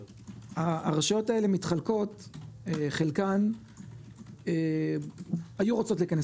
הרשויות האלה מתחלקות כך שחלקן היו רוצות להיכנס